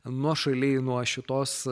nuošaliai nuo šitos